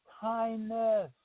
kindness